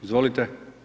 Izvolite.